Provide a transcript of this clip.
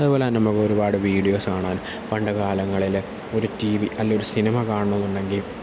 അതുപോലെത്തന്നെ നമുക്കൊരുപാട് വീഡിയോസ് കാണാൻ പണ്ട് കാലങ്ങളിൽ ഒരു ടി വി അല്ലെങ്കിൽ ഒരു സിനിമ കാണണമെന്നുണ്ടെങ്കിൽ